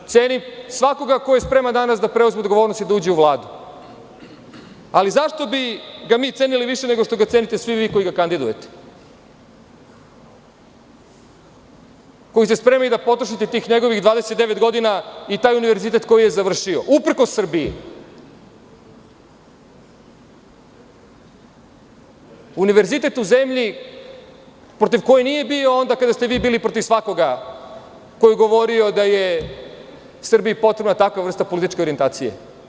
Cenim svakoga ko je spreman danas da preuzme odgovornost i da uđe u Vladu, ali zašto bi ga mi cenili više nego što ga cenite svi vi koji ga kandidujete, koji ste spremni da potrošite tih njegovih 29 godina i taj univerzitet koji je završio, uprkos Srbiji, univerzitet u zemlji protiv koje nije bio onda kada ste svi vi bili protiv svakoga ko je govorio da je Srbiji potrebna takva vrsta političke orijentacije.